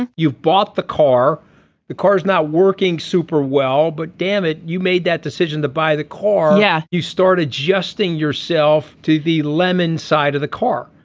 and you've bought the car the car is not working super well but dammit you made that decision to buy the car. yeah. you start adjusting yourself to the lemon side of the car.